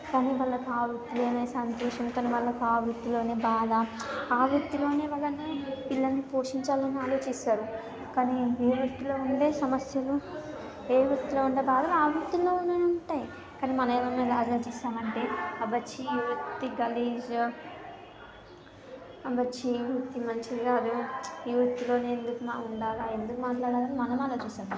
కానీ వాళ్లకు ఆ వృత్తిలోనే సంతోషం కాని వాళ్లకు ఆ వృత్తిలోనే బాధ ఆ వృత్తిలోనే వాళ్ల పిల్లల్ని పోషించాలని ఆలోచిస్తారు కానీ ఏ వృత్తిలో ఉండే సమస్యలు ఏ వృత్తిలో ఉన్న బాధలు ఆ వృత్తిలోనూ ఉంటాయి ఉండవు కానీ మనం ఏ విధంగా ఆలోచిస్తామంటే అబ్బా ఛీ ఈ వృత్తి గలీజు అబ్బా ఛీ ఈ వృత్తి మంచిది కాదు ఈ వృత్తిలోనే ఎందుకుమా ఉండాలా ఎందుకు మాట్లాడాలి మనం ఆలోచిస్తాం